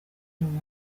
rubavu